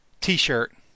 T-shirt